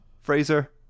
fraser